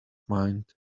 mind